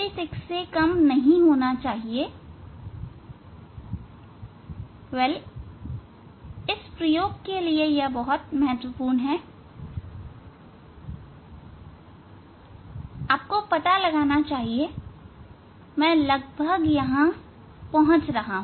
यह 56 से कम नहीं होना चाहिए इस प्रयोग के लिए बहुत महत्वपूर्ण है आपको पता लगाना चाहिए मैं लगभग यहां पहुंच रहा हूं